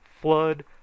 flood